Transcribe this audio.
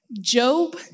Job